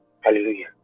Hallelujah